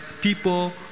people